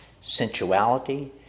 sensuality